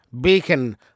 Beacon